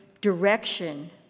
direction